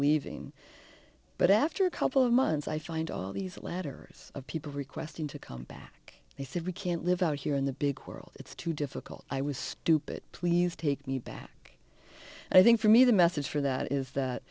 leaving but after a couple of months i find all these latter years of people requesting to come back they said we can't live out here in the big quarrels it's too difficult i was stupid please take me back i think for me the message for that is that